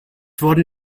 wurden